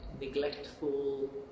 neglectful